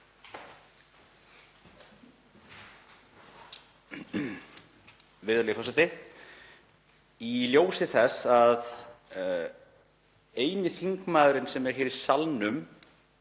Virðulegi forseti. Í ljósi þess að eini þingmaðurinn sem er hér í salnum